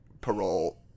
parole